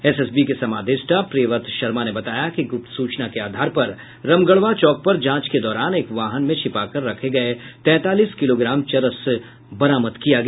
SSB के समादेष्टा प्रियव्रत शर्मा ने बताया कि गुप्त सूचना के आधार पर रमगढ़वा चौक पर जांच के दौरान एक वाहन में छिपाकर रखे गये तैंतालीस किलोग्राम चरस को बरामद किया गया